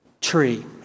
tree